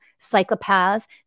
psychopaths